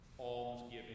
almsgiving